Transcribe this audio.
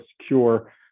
secure